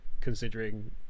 considering